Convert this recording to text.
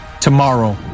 tomorrow